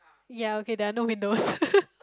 ya okay there are no windows